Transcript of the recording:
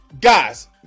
Guys